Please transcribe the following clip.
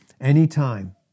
anytime